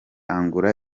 angola